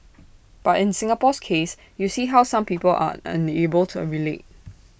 but in Singapore's case you see how some people are unable to relate